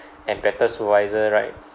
and better supervisor right